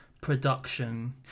production